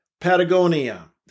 Patagonia